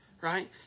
right